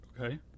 Okay